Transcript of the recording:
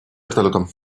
вертолётом